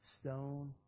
stone